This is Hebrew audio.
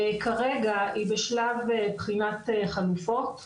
כרגע היא בשלב בחינת חלופות,